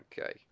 Okay